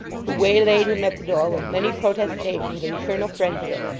who waylaid him at the door with many protestations of eternal friendship,